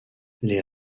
les